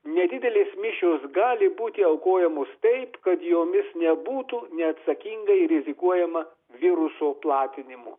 nedidelės mišios gali būti aukojamos taip kad jomis nebūtų neatsakingai rizikuojama viruso platinimu